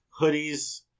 hoodies